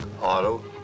auto